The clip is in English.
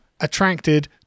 attracted